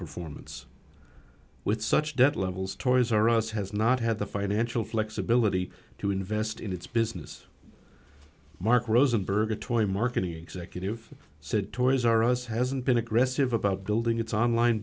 performance with such debt levels toys r us has not had the financial flexibility to invest in its business mark rosenberg a toy marketing executive said toys r us hasn't been aggressive about building its online